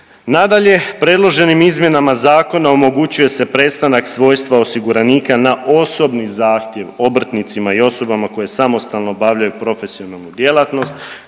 Nadalje, predloženim izmjenama zakona omogućuje se prestanak svojstva osiguranika na osobni zahtjev obrtnicima i osobama koje samostalno obavljaju profesionalnu djelatnost